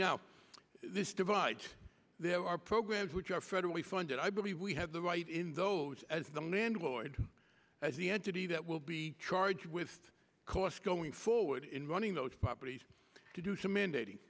now this device there are programs which are federally funded i believe we have the right in those as the landlord as the entity that will be charged with costs going forward in running those properties to do to mandating